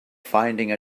finding